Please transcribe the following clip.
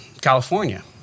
California